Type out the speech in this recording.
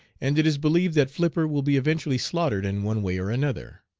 and it is believed that flipper will be eventually slaughtered in one way or another.